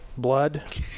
blood